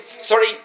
sorry